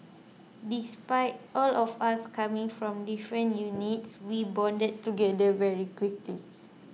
despite all of us coming from different units we bonded together very quickly